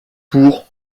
pour